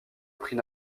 prix